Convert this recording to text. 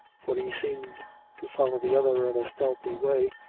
for he seemed to follow the other in a stealthy way,